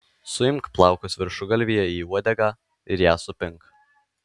suimk plaukus viršugalvyje į uodegą ir ją supink